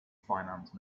finance